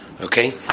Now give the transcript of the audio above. Okay